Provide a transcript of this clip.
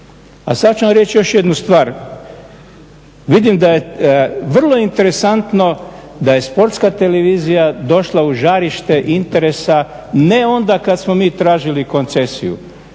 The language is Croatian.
A sada ću vam reći još jednu stvar, vidim da, vrlo interesantno da je Sportska televizija došla u žarište interesa, ne onda kada smo mi tražili koncesiju,